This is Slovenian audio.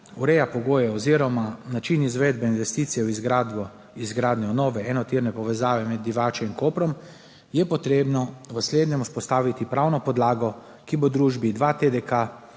ureja pogoje oziroma način izvedbe investicije za izgradnjo nove enotirne povezave med Divačo in Koprom, je potrebno v slednjem vzpostaviti pravno podlago, ki bo družbi 2TDK